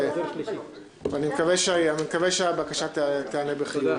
ואני מקווה שהבקשה תיענה בחיוב.